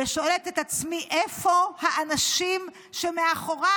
ושואלת את עצמי: איפה האנשים שמאחוריו?